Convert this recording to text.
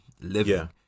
living